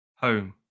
home